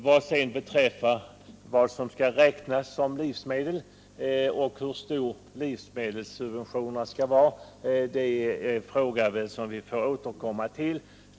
Vad som sedan skall räknas som livsmedel och hur stora livsmedelssubventionerna skall vara är en fråga som vi får återkomma till.